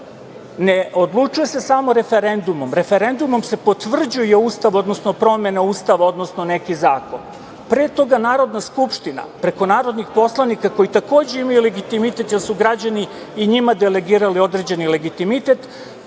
ne odlučuje se samo referendumom, referendumom se potvrđuje Ustav, odnosno promene Ustava, odnosno neki zakon, pre toga Narodna skupština preko narodnih poslanika koji takođe imaju legitimitet, jer su građani i njima delegirali određeni legitimitet,